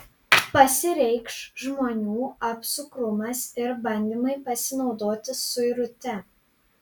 pasireikš žmonių apsukrumas ir bandymai pasinaudoti suirute